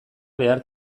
behar